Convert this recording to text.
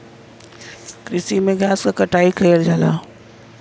कृषि में घास क कटाई कइल जाला